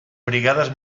brigades